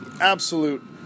absolute